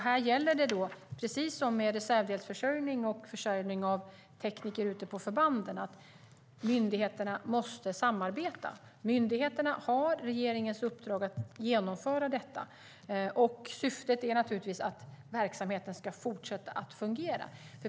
Här gäller det, precis som med reservdelsförsörjning och försörjning av tekniker ute på förbanden, att myndigheterna måste samarbeta. Myndigheterna har regeringens uppdrag att genomföra detta. Syftet är naturligtvis att verksamheten ska fortsätta att fungera.